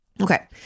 Okay